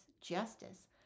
justice